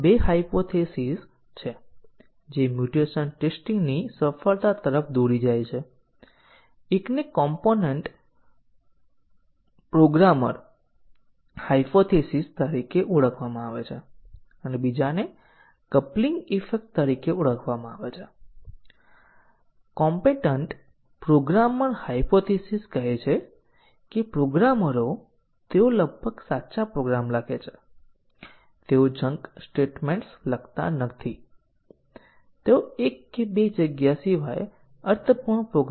એક કવરેજ આધારિત ટેકનીક છે જ્યાં આપણે અમુક પ્રોગ્રામ તત્વોને આવરી લેવાનો અથવા ચલાવવાનો પ્રયાસ કરીએ છીએ જ્યાં બીજા પ્રકારના સફેદ બોક્સ ટેસ્ટીંગ ની જેમ આપણે પ્રોગ્રામમાં ચોક્કસ પ્રકારની ખામીઓ રજૂ કરી અને પછી ટેસ્ટીંગ કેસો તેમને શોધી શકે છે કે કેમ તે તપાસો